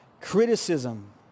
Criticism